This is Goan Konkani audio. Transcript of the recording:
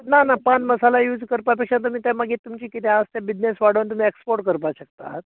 ना ना पान मसाला यूज करपा पेक्षा तुमी ते मागीर तुमचें किदें आसा तें बिजनेस वाडोन तुमी एक्सपोट करपाक शकतात